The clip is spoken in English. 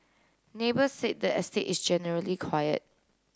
neighbours said the estate is generally quiet